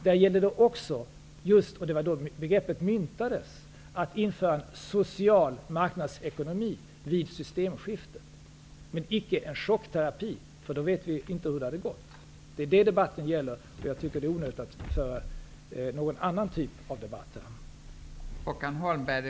Då gällde det också att vid systemskiftet införa en social marknadsekonomi -- det var då begreppet myntades. Det skulle icke vara en chockterapi. Då vet vi inte hur det hade gått. Det är detta som debatten gäller. Det är onödigt att föra någon annan typ av debatter.